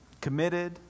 committed